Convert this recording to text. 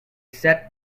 set